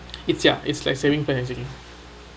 it's ya it's like saving plan actually